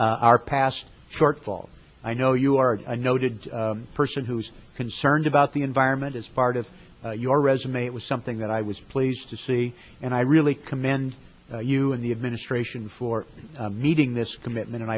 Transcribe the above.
our past shortfalls i know you are a noted person who was concerned about the environment as part of your resume it was something that i was pleased to see and i really commend you and the administration for meeting this commitment and